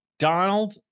Donald